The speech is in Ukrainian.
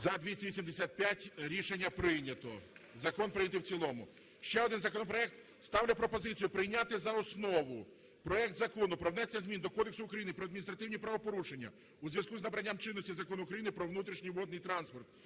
За-285 Рішення прийнято. Закон прийняти й в цілому. Ще один законопроект. Ставлю пропозицію прийняти за основу – проект Закону про внесення змін до Кодексу України про адміністративні правопорушення у зв’язку з набранням чинності Закону України "Про внутрішній водний транспорт"